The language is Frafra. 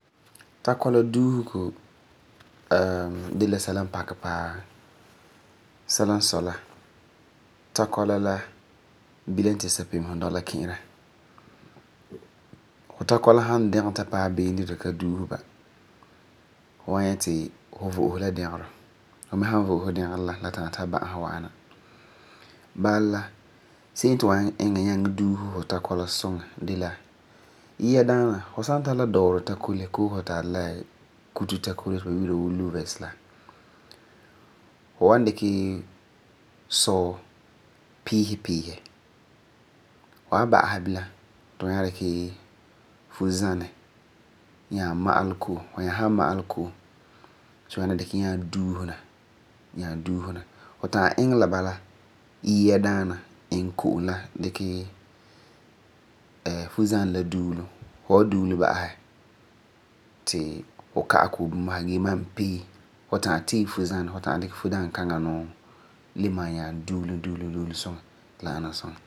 Takɔla duusego de la sɛla n pakɛ paa. Sɛla n sɔi la takɔla la bilma ti sapemesum dɔla ki'ira. Hu takɔla san dɔgɛ ta paɛ beene ti hu ka duuse ba hu nyɛ ti hu vo'ose la dɛgerɔ. Hu mi san vo'ose dɛgerɔ la la ta'am ta ba'asi wa'am na. Bala la se'em tu hu wan nyaŋɛ iŋɛ duuse hu takɔla suŋa de la, yia daana hu san ta la dɔɔrɔ takolɛ koo hu tari la kuto takolɛ ti ba yi'ira wuu louvers la. Hu wan dikɛ sɔɔ piise piise dee dikɛ fuzanɛ ma'alɛ ko'om nyaa duulum duulum. Fu ta'am tee fuzanɛ, hu ta'am kelum dikɛ fuzakaŋa nuu le ma'am nyaa duulum duulum suŋa ti la ana suŋa.